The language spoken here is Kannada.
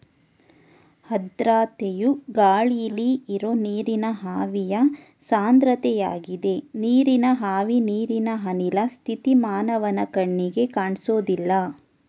ಆರ್ದ್ರತೆಯು ಗಾಳಿಲಿ ಇರೋ ನೀರಿನ ಆವಿಯ ಸಾಂದ್ರತೆಯಾಗಿದೆ ನೀರಿನ ಆವಿ ನೀರಿನ ಅನಿಲ ಸ್ಥಿತಿ ಮಾನವನ ಕಣ್ಣಿಗೆ ಕಾಣ್ಸೋದಿಲ್ಲ